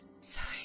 Sorry